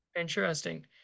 Interesting